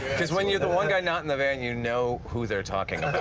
cuz when you're the one guy not in the van you know who they are talking